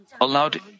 allowed